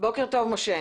בוקר טוב משה.